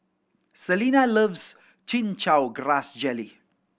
Selina loves Chin Chow Grass Jelly